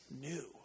new